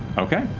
okay.